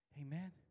Amen